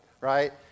right